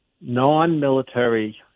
non-military